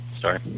Sorry